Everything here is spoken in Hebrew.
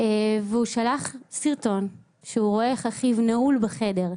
והוא שלח סרטון שהוא רואה איך אחיו נעול בחדר.